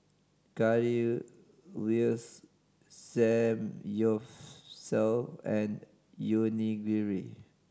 Currywurst Samgyeopsal and Onigiri